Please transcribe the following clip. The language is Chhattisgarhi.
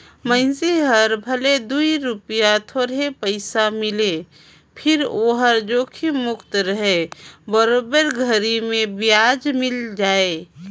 मइनसे हर भले दूई रूपिया थोरहे पइसा मिले फिर ओहर जोखिम मुक्त रहें बरोबर घरी मे बियाज मिल जाय